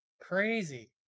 Crazy